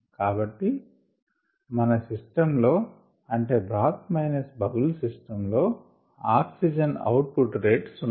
కాబట్టి మన సిస్టం లో అంటే బ్రాత్ మైనస్ బబుల్స్ సిస్టం లో ఆక్సిజన్ అవుట్ పుట్ రేట్ సున్న